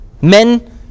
Men